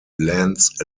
lands